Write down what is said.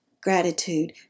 gratitude